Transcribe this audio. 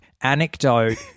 anecdote